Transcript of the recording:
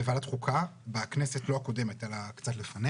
לוועדת חוקה קצת לפני